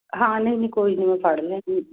ਹਾਂ ਨਹੀ ਨਹੀਂ ਕੋਈ ਨਹੀਂ ਮੈਂ ਫੜ ਲੈਂਦੀ